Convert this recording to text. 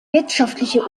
wirtschaftliche